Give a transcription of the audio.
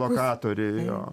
lokatoriai jo